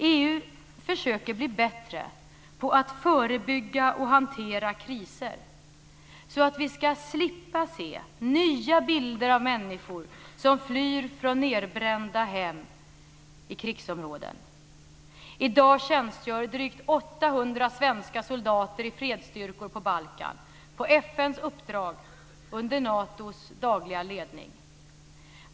EU försöker bli bättre på att förebygga och hantera kriser så att vi ska slippa se nya bilder av människor som flyr från nedbrända hem i krigsområden. I dag tjänstgör drygt 800 svenska soldater i fredsstyrkor på Balkan på FN:s uppdrag under Natos dagliga ledning.